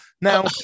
Now